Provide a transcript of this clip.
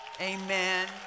Amen